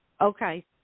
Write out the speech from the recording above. Okay